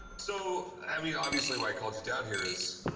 so i mean, obviously, why i called you down here is,